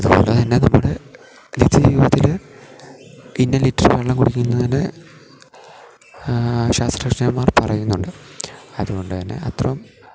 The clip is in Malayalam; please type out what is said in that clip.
അതുപോലെത്തന്നെ നമ്മുടെ നിത്യജീവിതത്തിൽ ഇന്ന ലിറ്റർ വെള്ളം കുടിക്കുന്നതിന് ശാസ്ത്രജ്ഞന്മാർ പറയുന്നുണ്ട് അതുകൊണ്ട് തന്നെ അത്രയും